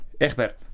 Egbert